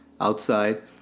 outside